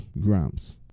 grams